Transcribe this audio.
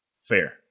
Fair